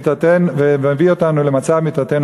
ומביאים אותנו למצב מיתתנו,